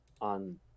on